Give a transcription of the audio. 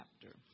chapter